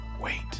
Wait